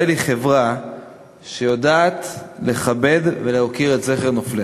היא חברה שיודעת לכבד ולהוקיר את זכר נופליה,